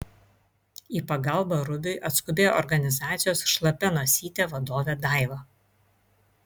į pagalbą rubiui atskubėjo organizacijos šlapia nosytė vadovė daiva